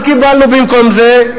מה קיבלנו במקום זה?